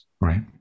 Right